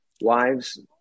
wives